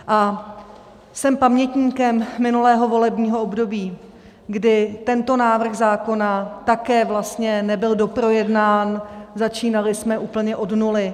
A jsem pamětníkem minulého volebního období, kdy tento návrh zákona také vlastně nebyl doprojednán, začínali jsme úplně od nuly.